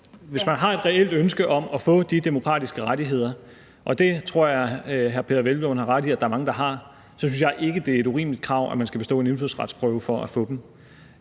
Hvis man har et reelt ønske om at få de demokratiske rettigheder, og det tror jeg hr. Peder Hvelplund har ret i at der er mange der har, synes jeg ikke, det er et urimeligt krav, at man skal bestå en indfødsretsprøve for at få dem,